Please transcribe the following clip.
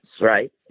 right